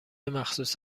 مخصوص